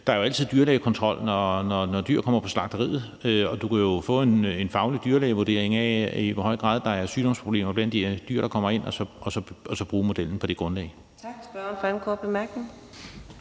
Der er jo altid dyrlægekontrol, når dyrene kommer til slagteriet. Du kan jo få en faglig dyrlægevurdering af, i hvor høj grad der er sygdomsproblemer blandt de her dyr, der kommer ind, og så bruge modellen på det grundlag. Kl. 15:11 Fjerde næstformand